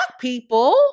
people